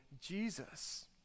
Jesus